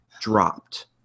dropped